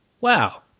Wow